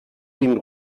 den